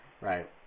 Right